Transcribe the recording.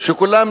כשכולם